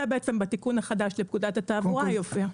זה יופיע בתיקון החדש לפקודת התעבורה.